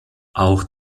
auch